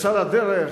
יצא לדרך?